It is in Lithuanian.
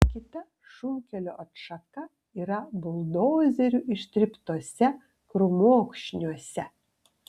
kita šunkelio atšaka yra buldozerių ištryptuose krūmokšniuose